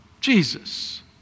Jesus